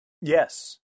Yes